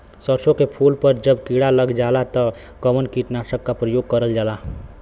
सरसो के फूल पर जब किड़ा लग जाला त कवन कीटनाशक क प्रयोग करल जाला?